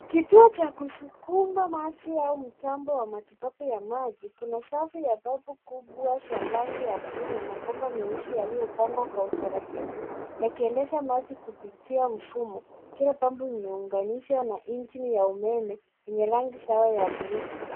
Kituo cha kusukuma maji au mitambo wa matibabu ya maji. Kuna safu ya paipu kubwa za rangi ya buluu na mabomba meusi yaliyopangwa kwa utaratibu yakiendesha maji kupitia mfumo. Kila pampu imeunganishwa na engine ya umeme enye rangi sawa ya buluu.